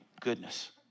goodness